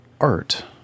art